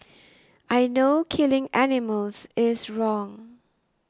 I know killing animals is wrong